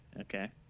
okay